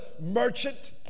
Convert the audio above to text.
merchant